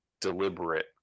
deliberate